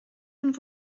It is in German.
und